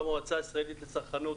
במועצה הישראלית לצרכנות,